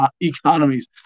economies